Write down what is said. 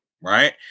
right